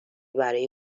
برای